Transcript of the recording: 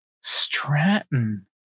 Stratton